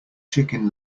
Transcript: chicken